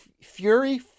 Fury